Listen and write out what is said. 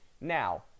now